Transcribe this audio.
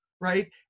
right